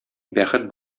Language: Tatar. бәхет